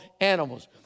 animals